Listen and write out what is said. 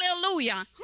hallelujah